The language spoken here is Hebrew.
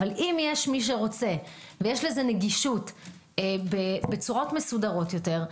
אבל אם יש מי שרוצה ויש לזה נגישות בצורות מסודרות יותר,